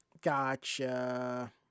Gotcha